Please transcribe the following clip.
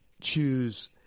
choose